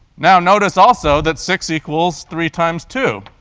now notice also that six equals three times two.